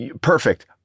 perfect